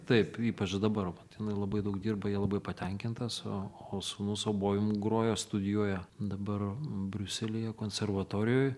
taip ypač dabar vat jinai labai daug dirba ja labai patenkintas o sūnus obojum groja studijuoja dabar briuselyje konservatorijoj